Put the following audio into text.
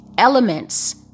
Elements